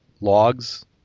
logs